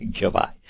Goodbye